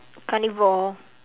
carnivore